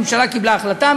הממשלה קיבלה החלטה,